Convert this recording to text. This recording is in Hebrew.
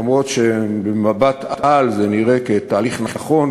אף שבמבט-על זה נראה תהליך נכון,